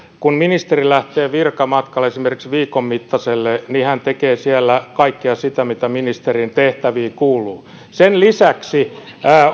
kun ministeri lähtee virkamatkalle esimerkiksi viikon mittaiselle hän tekee siellä kaikkea sitä mitä ministerin tehtäviin kuuluu sen lisäksi